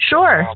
Sure